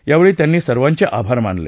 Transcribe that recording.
यावेळी त्यांनी सर्वाचे आभार मानले